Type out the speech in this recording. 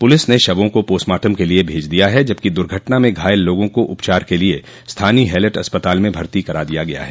police ने शवों को पोस्टमार्टम के लिए भज दिया है जबकि दुर्घटना में घायल लोगों को उपचार के लिए स्थानीय हैलेट अस्पताल में भर्ती करा दिया गया है